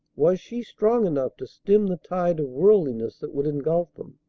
was she strong enough to stem the tide of worldliness that would ingulf them?